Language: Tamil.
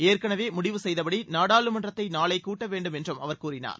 ஏற்கனவே முடிவு செய்தபடி நாடாளுமன்றத்தை நாளை கூட்ட வேண்டும் என்றும் அவர் கூறினார்